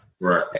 Right